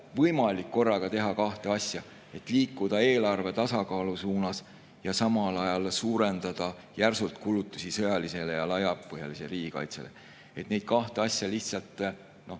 võimalik korraga teha kahte asja: liikuda eelarve tasakaalu suunas ja samal ajal suurendada järsult kulutusi sõjalisele ja laiapõhjalisele riigikaitsele. Neid kahte asja lihtsalt on